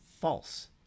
false